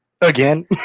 Again